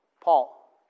Paul